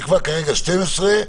נקבע כרגע 12,